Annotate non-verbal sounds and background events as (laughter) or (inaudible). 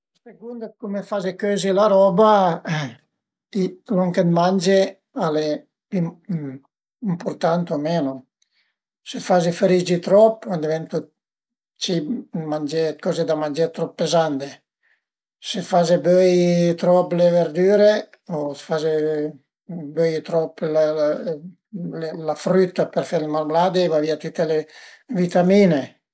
A sëcund dë cume fazi cözi la roba (noise) lon che mange al e ëmpurtant o menu, se fazi frigi trop, a diventu dë cibi, mangé, coze da mangé trop pezande, se faze böi trop le verdüre o faze böi trop la früita për fe le marmlade a i va vìa tüte le vitamin-e